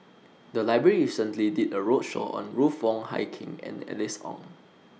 The Library recently did A roadshow on Ruth Wong Hie King and Alice Ong